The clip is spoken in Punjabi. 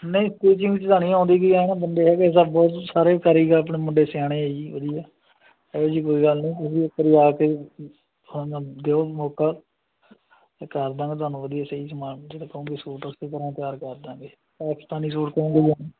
ਨਹੀਂ ਆਉਂਦੀ ਗੀ ਬੰਦੇ ਹੈਗੇ ਬਹੁਤ ਸਾਰੇ ਕਾਰੀਗਰ ਆਪਣੇ ਮੁੰਡੇ ਸਿਆਣੇ ਆ ਜੀ ਵਧੀਆ ਇਹੋ ਜਿਹੀ ਕੋਈ ਗੱਲ ਨਹੀਂ ਤੁਸੀਂ ਇੱਕ ਵਾਰ ਆ ਕੇ ਉਹਨਾਂ ਨੂੰ ਦਿਓ ਮੌਕਾ ਕਰ ਦੇਵਾਂਗੇ ਤੁਹਾਨੂੰ ਵਧੀਆ ਸਹੀ ਸਮਾਨ ਜਿਹੜਾ ਕਹੋਗੇ ਸੂਟ ਉਸ ਤਰ੍ਹਾਂ ਤਿਆਰ ਕਰ ਦੇਵਾਂਗੇ